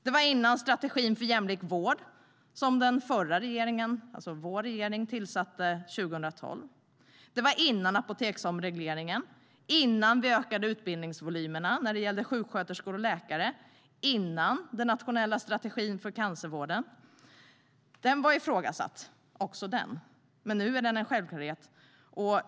Det var före strategin för jämlik vård, som den förra regeringen - vår regering - tillsatte 2012.Det var innan apoteksomregleringen, innan vi ökade utbildningsvolymerna när det gäller sjuksköterskor och läkare och före den nationella strategin för cancersjukvården. Också den var ifrågasatt, men nu är den en självklarhet.